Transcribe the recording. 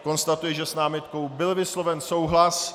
Konstatuji, že s námitkou byl vysloven souhlas.